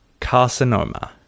Carcinoma